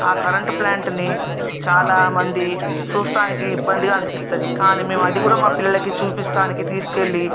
current ప్లాంట్ని చాలా మంది చూస్తానికి ఇబ్బంది అనిపిస్తుంది కానీ అది కూడా మా పిల్లలకి చూపడానికి తీసుకెళ్లి